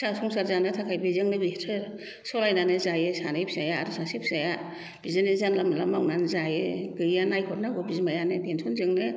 फिसा संसार जानो थाखाय बिजोंनो बिसोर सलायनानै जायो सानै फिसाया आरो सासे फिसाया बिदिनो जानला मोनला मावनानै जायो गैया नाहरनांगौ बिमायानो पेनसनजोंनो